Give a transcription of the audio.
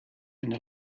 and